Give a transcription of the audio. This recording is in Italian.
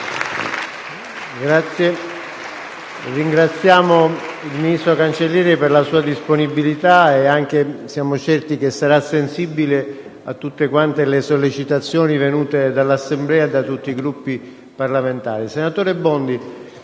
Ringrazio il ministro Cancellieri per la sua disponibilità. Sono certo che sarà sensibile a tutte le sollecitazioni venute dall'Assemblea e da tutti i Gruppi parlamentari.